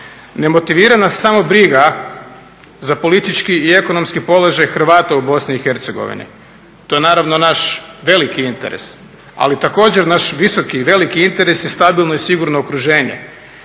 Ne motivira nas samo briga za politički i ekonomski položaj Hrvata u Bosni i Hercegovini. To je naravno naš veliki interes, ali također naš visoki i veliki interes je stabilno i sigurno okruženje.